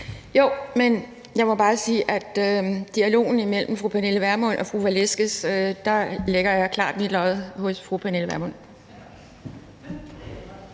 Jo, men jeg må bare sige, at jeg i dialogen imellem fru Pernille Vermund og fru Victoria Velasquez klart lægger mit lod hos fru Pernille Vermund.